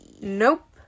Nope